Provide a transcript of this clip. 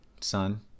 son